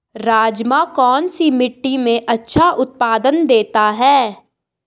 राजमा कौन सी मिट्टी में अच्छा उत्पादन देता है?